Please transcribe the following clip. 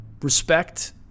respect